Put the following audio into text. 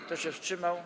Kto się wstrzymał?